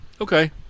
Okay